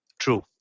True